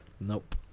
Nope